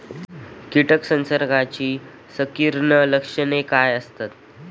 कीटक संसर्गाची संकीर्ण लक्षणे काय असतात?